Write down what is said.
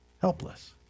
helpless